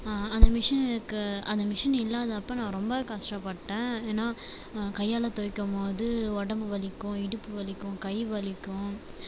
அந்த மிஷினுக்கு அந்த மிஷின் இல்லாதப்போ நான் ரொம்ப கஷ்டப்பட்டேன் ஏன்னால் கையால் தொவைக்கும்போது உடம்பு வலிக்கும் இடுப்பு வலிக்கும் கை வலிக்கும்